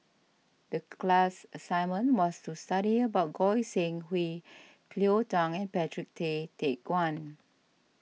the class assignment was to study about Goi Seng Hui Cleo Thang and Patrick Tay Teck Guan